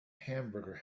hamburger